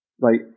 right